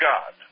God